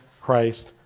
Christ